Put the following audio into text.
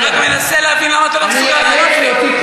למה אתה לא מסוגל לענות לי?